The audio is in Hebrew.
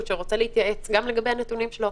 שרוצה להתייעץ גם לגבי הנתונים שלו.